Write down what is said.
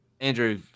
Andrew